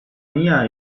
mia